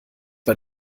bei